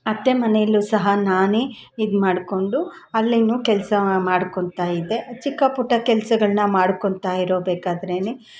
ಅತ್ತೆ ಮನೇಲು ಸಹ ನಾನೇ ಇದು ಮಾಡಿಕೊಂಡು ಅಲ್ಲೇನೂ ಕೆಲಸ ಮಾಡ್ಕೊಳ್ತಾಯಿದ್ದೆ ಚಿಕ್ಕಪುಟ್ಟ ಕೆಲ್ಸಗಳನ್ನ ಮಾಡ್ಕೊಳ್ತಾಯಿರೋ ಬೇಕಾದರೇನೇ